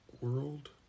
world